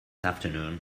afternoon